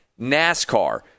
NASCAR